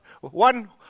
One